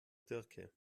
diercke